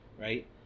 right